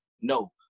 No